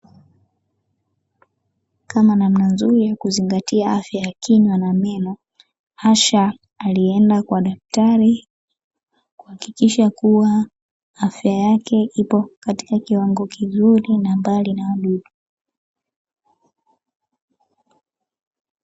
Kama namna nzuri ya kuzingatia afya ya kinywa na meno, Hasha alienda kwa daktari kuhakikisha kuwa afya yake ipo katika kiwango kizuri na mbali na wadudu.